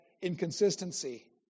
inconsistency